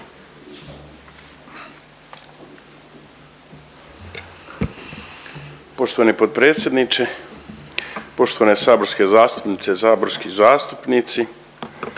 Poštovani potpredsjedniče, poštovane saborske zastupnice, saborski zastupnici,